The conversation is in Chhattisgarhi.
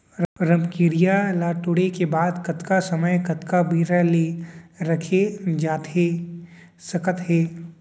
रमकेरिया ला तोड़े के बाद कतका समय कतका बेरा ले रखे जाथे सकत हे?